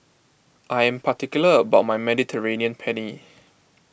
I am particular about my Mediterranean Penne